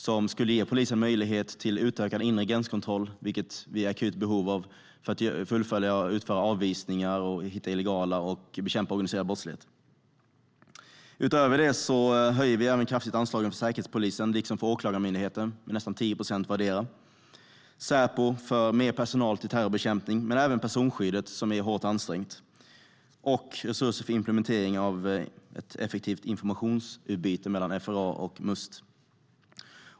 Det skulle ge polisen möjlighet till utökad inre gränskontroll, vilket vi är i akut behov av för att utföra avvisningar, hitta personer som befinner sig här illegalt och bekämpa organiserad brottslighet. Utöver detta höjer vi kraftigt anslagen för Säkerhetspolisen liksom för Åklagarmyndigheten, med nästan 10 procent vardera. Säpo får mer personal till terrorbekämpning men även till personskyddet, som är hårt ansträngt. Det blir också resurser för implementering av ett effektivt informationsutbyte mellan FRA och Must.